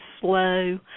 slow